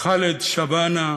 חאלד שבאנה,